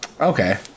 Okay